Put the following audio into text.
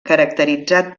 caracteritzat